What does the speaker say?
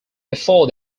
before